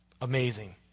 Amazing